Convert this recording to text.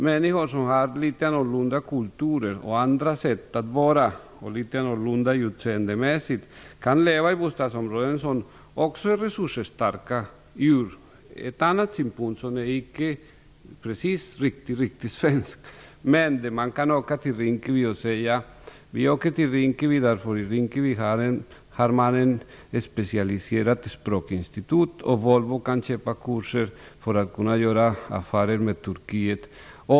Människor från litet annorlunda kulturer och med ett annat sätt att vara och människor som har ett litet annorlunda utseende skall också kunna leva i resursstarka områden, även om man inte är riktigt svensk. Man skall också kunna åka till Rinkeby och man skall kunna säga: Jag åker till Rinkeby, därför att det i Rinkeby finns ett specialiserat språkinstitut. Volvo kan köpa kurser där för att kunna göra affärer med Turkiet.